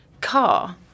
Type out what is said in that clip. car